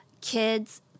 kids